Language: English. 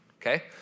okay